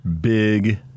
Big